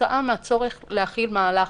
בגלל כל הדיונים שמתקיימים גם פה בוועדה,